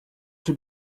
czy